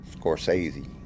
Scorsese